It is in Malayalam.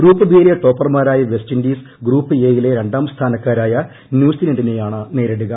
ഗ്രൂപ്പ് ബി യിലെ ടോപ്പർമാരായ വെസ്റ്റിന്റീസ് ഗ്രൂപ്പ് എ യിലെ രണ്ടാം സ്ഥാനക്കാരായ ന്യൂസിലന്റിനെയാണ് നേരിടുക